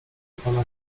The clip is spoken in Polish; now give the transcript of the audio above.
pana